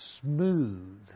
smooth